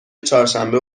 چهارشنبه